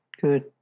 good